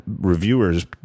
reviewers